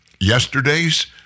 Yesterday's